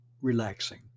relaxing